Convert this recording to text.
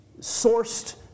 sourced